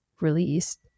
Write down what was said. released